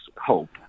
hope